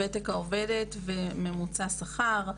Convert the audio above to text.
וותק העובדת וממוצע השכר שלה.